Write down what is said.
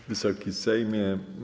Wysoki Sejmie!